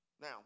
now